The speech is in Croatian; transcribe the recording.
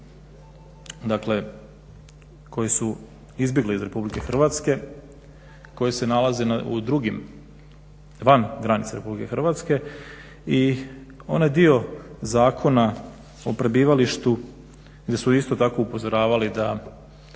Dakle, koji su izbjegli iz Republike Hrvatske, koji se nalaze u drugim, van granica Republike Hrvatske i onaj dio Zakona o prebivalištu gdje su isto tako upozoravali da